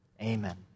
amen